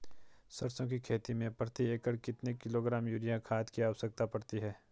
सरसों की खेती में प्रति एकड़ कितने किलोग्राम यूरिया खाद की आवश्यकता पड़ती है?